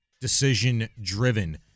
decision-driven